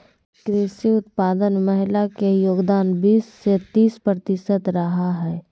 कृषि उत्पादन में महिला के योगदान बीस से तीस प्रतिशत रहा हइ